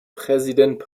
präsident